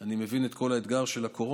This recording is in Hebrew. אני מבין את כל האתגר של הקורונה,